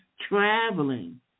traveling